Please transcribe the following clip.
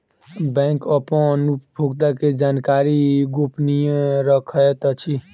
bank अपन उपभोगता के जानकारी गोपनीय रखैत अछि